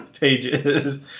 Pages